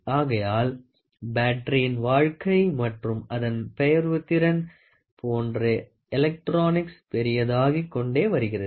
ஆகையால் பேட்டரியின் வாழ்க்கை மற்றும் அதன் பெயர்வுத்திறன் போன்ற எலக்ட்ரானிக்ஸ் பெரிதாகிக் கொண்டே வருகிறது